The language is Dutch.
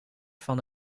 van